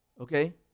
okay